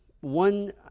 One